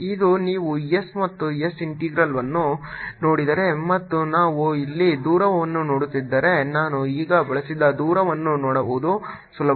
ಇದು ನೀವು s ಮತ್ತು s ಇಂಟೆಗ್ರಲ್ವನ್ನು ನೋಡಿದರೆ ಮತ್ತು ನಾವು ಇಲ್ಲಿ ದೂರವನ್ನು ನೋಡುತ್ತಿದ್ದರೆ ನಾನು ಈಗ ಬಳಸಿದ ದೂರವನ್ನು ನೋಡುವುದು ಸುಲಭ